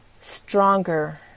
stronger